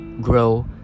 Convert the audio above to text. grow